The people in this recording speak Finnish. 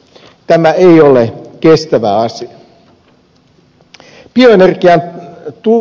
tämä ei ole kestävä asia